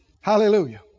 Hallelujah